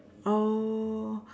oh